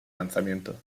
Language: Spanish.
lanzamiento